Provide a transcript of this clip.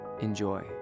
Enjoy